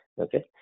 okay